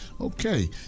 Okay